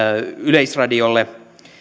yleisradiolle